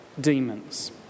demons